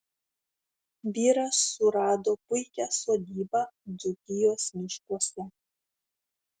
vyras surado puikią sodybą dzūkijos miškuose